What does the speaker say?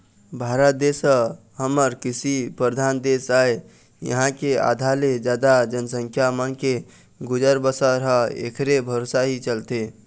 भारत देश ह हमर कृषि परधान देश आय इहाँ के आधा ले जादा जनसंख्या मन के गुजर बसर ह ऐखरे भरोसा ही चलथे